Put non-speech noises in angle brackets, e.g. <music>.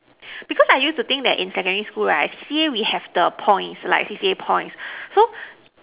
<breath> because I used to think that in secondary school right C_C_A we have the points like C_C_A points <breath> so